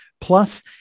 Plus